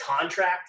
contract